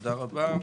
תודה רבה.